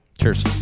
cheers